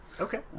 Okay